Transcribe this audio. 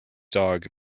dog